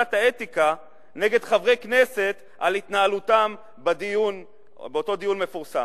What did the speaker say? לוועדת האתיקה נגד חברי הכנסת על התנהלותם באותו דיון מפורסם,